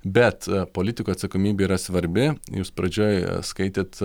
bet politikų atsakomybė yra svarbi jūs pradžioj skaitėt